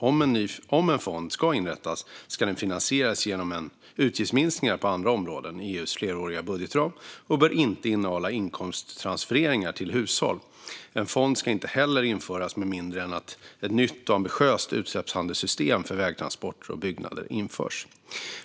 Om en fond ska inrättas ska den finansieras genom utgiftsminskningar på andra områden i EU:s fleråriga budgetram, och den bör inte innehålla inkomsttransfereringar till hushåll. En fond ska inte heller införas med mindre än att ett nytt och ambitiöst utsläppshandelssystem för vägtransporter och byggnader införs.